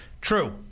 True